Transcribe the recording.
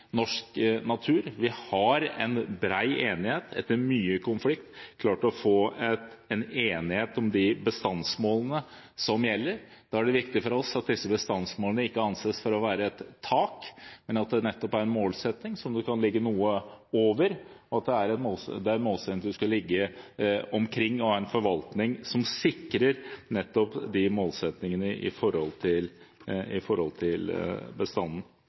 norsk natur. Vi har bred enighet – etter mye konflikt – og har klart å få en enighet om de bestandsmålene som gjelder. Da er det viktig for oss at disse bestandsmålene ikke anses for å være et tak, men at det nettopp er en målsetting som man kan ligge noe over, at det er en målsetting man skal ligge omkring, og ha en forvaltning som sikrer nettopp de målsettingene når det gjelder bestanden. Så er det komplisert, det er konfliktfylt, men Stortinget har i